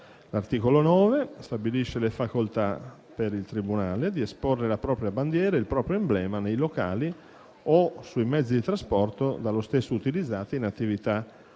L'articolo 9 stabilisce la facoltà per il Tribunale di esporre la propria bandiera e il proprio emblema nei locali o sui mezzi di trasporto dallo stesso utilizzati in attività